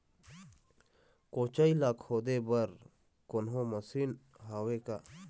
कोचई ला खोदे बर कोन्हो मशीन हावे का?